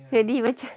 jadi macam